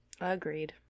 Agreed